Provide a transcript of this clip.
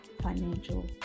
financial